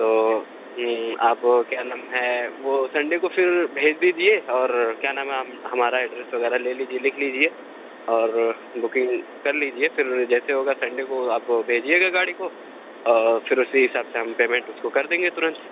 تو آپ کیا نام ہے وہ سنڈے کو پھر بھیج دیجیے اور کیا نام ہے ہم ہمارا ایڈریس وغیرہ لے لیجیے لکھ لیجیے اور بکنگ کر لیجیے پھر جیسے ہوگا سنڈے کو آپ بھیجیے گا گاڑی کو اور پھر اُسی حساب سے ہم پیمنٹ اُس کو کر دیں گے تُرنت